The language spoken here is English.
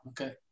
Okay